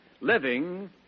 living